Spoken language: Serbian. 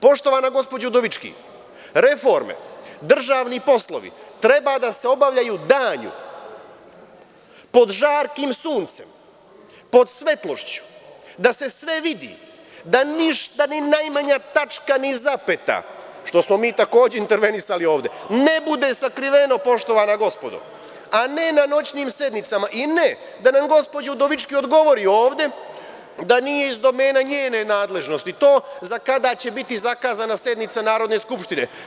Poštovana gospođo Udovički, reforme, državni poslovi treba da se obavljaju danju, pod žarkim suncem, pod svetlošću, da se sve vidi, da ništa, ni najmanja tačka ni zapeta, što smo mi takođe intervenisali ovde, ne bude sakriveno, poštovana gospodo, a ne na noćnim sednicama i ne da nam gospođa Udovički odgovori ovde da nije iz domena njene nadležnosti to za kada će biti zakazana sednica Narodne skupštine.